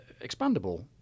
expandable